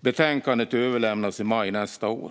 Betänkandet överlämnas i maj nästa år.